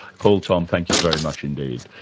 paul thom, thank you very much indeed.